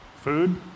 Food